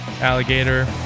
alligator